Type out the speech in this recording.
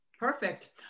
Perfect